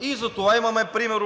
и за това имаме пример